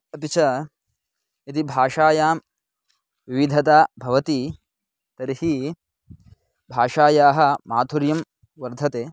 अपि च यदि भाषायां विविधता भवति तर्हि भाषायाः माधुर्यं वर्धते